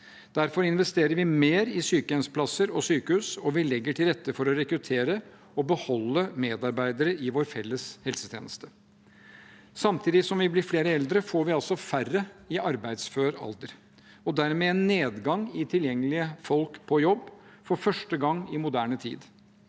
Derfor investerer vi mer i sykehjemsplasser og sykehus, og vi legger til rette for å rekruttere og beholde medarbeidere i vår felles helsetjeneste. Samtidig som vi blir flere eldre, får vi altså færre i arbeidsfør alder og dermed en nedgang i tilgjengelige folk på jobb for første gang i moderne tid.